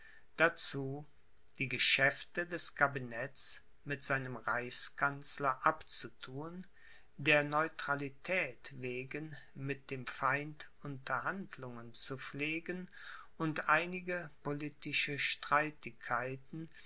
dazu die geschäfte des kabinets mit seinem reichskanzler abzuthun der neutralität wegen mit dem feind unterhandlungen zu pflegen und einige politische streitigkeiten